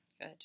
Good